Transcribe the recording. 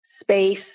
space